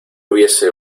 hubiese